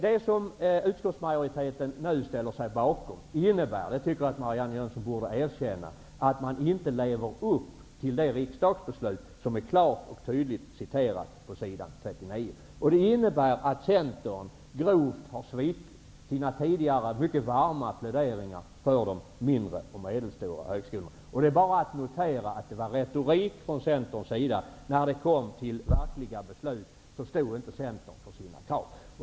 Det som utskottsmajoriteten nu ställer sig bakom innebär, och det tycker jag att Marianne Jönsson borde erkänna, att man inte lever upp till det riksdagsbeslut som klart och tydligt citeras på s. 39. Det innebär att Centern grovt har svikit sina tidigare mycket varma pläderingar för de mindre och medelstora högskolorna. Det är bara att notera att det var retorik från Centerns sida. När det kom till verkliga beslut, stod Centern inte fast vid sina krav.